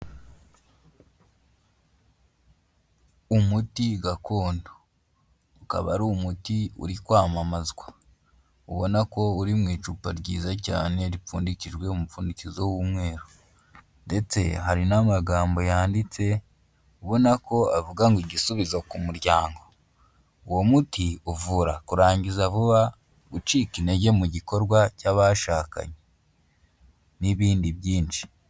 Umuti gakondo. Ukaba ari umuti uri kwamamazwa, ubona ko uri mu icupa ryiza cyane ripfundikijwe umupfundikizo w'umweru ndetse hari n'amagambo yanditse, ubona ko avuga ngo igisubizo ku muryango. Uwo muti uvura kurangiza vuba, gucika intege mu gikorwa cy'abashakanye n'ibindi byinshi.